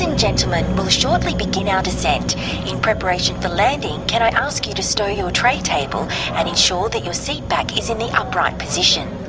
gentleman we'll shortly begin our descent. in preparation for landing can i ask you to stow your tray table and ensure that your seat back is in the upright position.